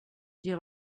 dit